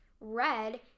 red